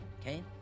Okay